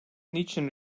niçin